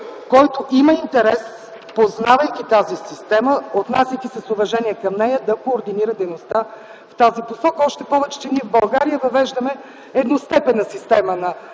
който има интерес, познавайки тази система, отнасяйки се с уважение към нея, да координира дейността в тази посока. Още повече, че ние в България въвеждаме едностепенна система на